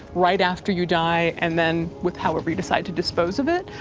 right after you die, and then with however you decide to dispose of it,